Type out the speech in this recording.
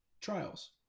trials